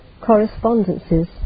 correspondences